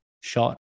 shot